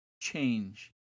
change